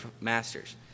masters